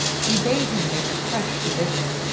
he bade him make a fresh division.